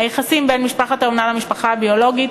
היחסים בין משפחת האומנה למשפחה הביולוגית,